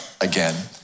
again